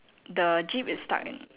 the jeep is stuck in